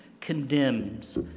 condemns